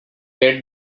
had